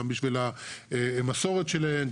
גם בשביל המסורת שלהם,